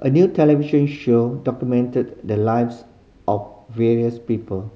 a new television show documented the lives of various people